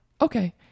Okay